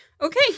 Okay